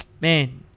Man